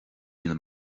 míle